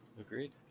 Agreed